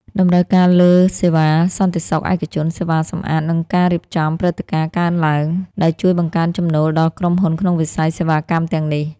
តម្រូវការលើសេវាសន្តិសុខឯកជន សេវាសម្អាត និងការរៀបចំព្រឹត្តិការណ៍កើនឡើង ដែលជួយបង្កើនចំណូលដល់ក្រុមហ៊ុនក្នុងវិស័យសេវាកម្មទាំងនេះ។